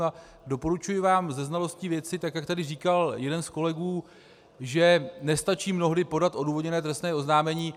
A doporučuji vám se znalostí věci, tak jak tady říkal jeden z kolegů, že nestačí mnohdy podat odůvodněné trestné oznámení.